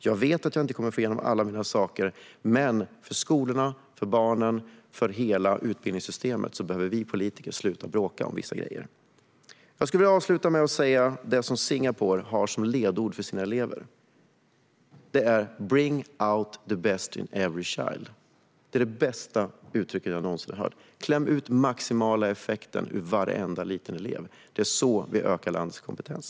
Jag vet att jag inte kommer att få igenom alla mina förslag, men för skolorna, barnen och hela utbildningssystemet behöver vi politiker sluta bråka om vissa grejer. Jag skulle vilja avsluta med att säga det som Singapore har som ledord för sina elever: Bring out the best in every child. Det är det bästa uttrycket jag någonsin har hört. Kläm ut maximala effekten ur varenda liten elev. Det är så vi ökar landets kompetens.